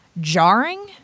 jarring